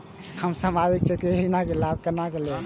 हम सामाजिक क्षेत्र के योजना के लाभ केना लेब?